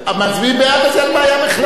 מצביעים בעד, אז אין בעיה בכלל.